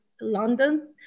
London